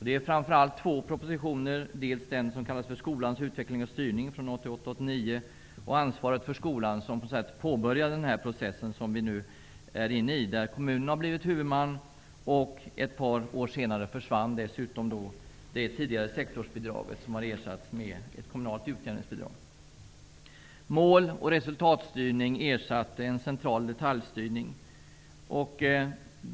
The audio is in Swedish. Det är framför allt två propositioner, dels den som kallas Skolans utveckling och styrning, från 1988/89, dels Ansvaret för skolan, som på sätt och vis påbörjar den process som vi nu är inne i. Kommunen blev huvudman och ett par år senare försvann dessutom det tidigare sektorsbidraget, som har ersatts med ett kommunalt utjämningsbidrag. Mål och resultatstyrning ersatte en central detaljstyrning.